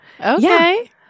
Okay